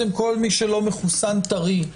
כל מי שלא מחוסן טרי,